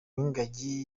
w’ingagi